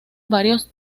varios